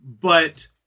but-